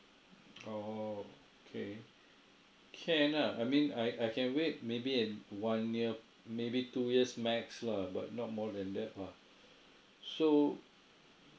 okay can ah I mean I I can wait maybe in one year maybe two years max lah but not more than that ah so